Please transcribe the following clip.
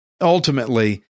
Ultimately